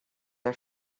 are